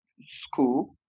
school